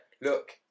look